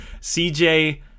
CJ